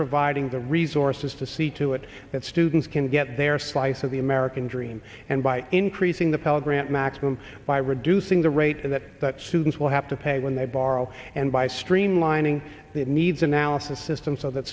providing the resources to see to it that students can get their slice of the american dream and by increasing the pell grant maximum by reducing the rate of that that students will have to pay when they borrow and by streamlining the needs analysis system so that